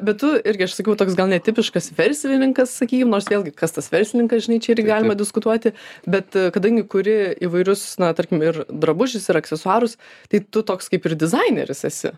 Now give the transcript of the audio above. bet tu irgi aš sakau toks gal ne tipiškas verslininkas sakykim nors vėlgi kas tas verslininkas žinai čia irgi galima diskutuoti bet kadangi kuri įvairius na tarkim ir drabužius ir aksesuarus tai tu toks kaip ir dizaineris esi